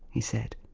he said.